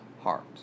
heart